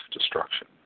Destruction